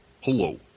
Hello